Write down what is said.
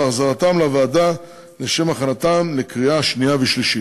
ולהחזרתן לוועדה לשם הכנתן לקריאה שנייה ושלישית.